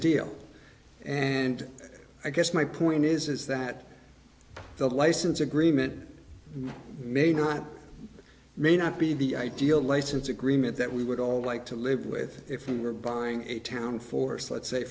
deal and i guess my point is that the license agreement may not may not be the ideal license agreement that we would all like to live with if we were buying a town force let's say